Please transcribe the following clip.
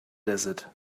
desert